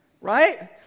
right